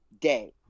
day